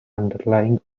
underlying